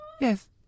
Yes